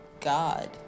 god